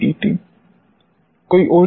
कोई और सवाल